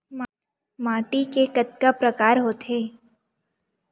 माटी के कतका प्रकार होथे?